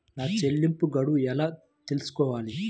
నా చెల్లింపు గడువు ఎలా తెలుసుకోవాలి?